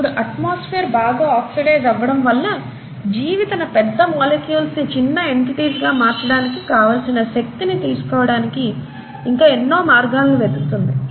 ఇప్పుడు అట్మాస్ఫియర్ బాగా ఆక్సిడైజ్ అవ్వడం వల్ల జీవి తన పెద్ద మొలిక్యూల్స్ ని చిన్న ఎన్టిటీస్ గా మార్చటానికి కావాల్సిన శక్తి ని తీసుకోవటానికి ఇంకా ఎన్నో మార్గాలను వెతుకుతుంది